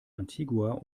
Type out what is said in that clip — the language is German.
antigua